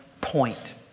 point